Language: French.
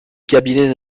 cabinet